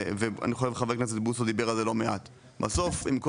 ואני חושב שחבר הכנסת בוסו דיבר על זה לא מעט בסוף עם כל